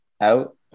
out